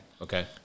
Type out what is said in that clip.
Okay